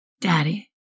Daddy